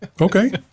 Okay